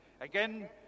Again